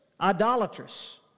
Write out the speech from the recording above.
idolatrous